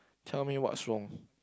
tell me what's wrong